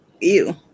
Ew